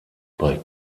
bei